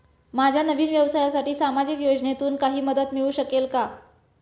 माझ्या नवीन व्यवसायासाठी सामाजिक योजनेतून काही मदत मिळू शकेल का?